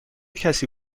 کسی